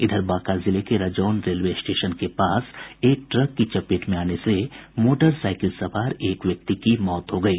इधर बांका जिले के रजौन रेलवे स्टेशन के पास एक ट्रक की चपेट में आने से मोटरसाईकिल सवार एक व्यक्ति की मौत हो गयी